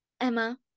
Emma